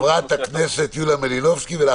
חברת הכנסת יוליה מלינובסקי, בבקשה.